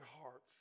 hearts